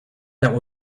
that